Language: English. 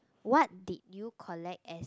what did you collect as